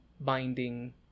binding